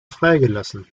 freigelassen